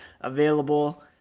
available